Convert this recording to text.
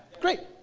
great,